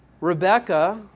Rebecca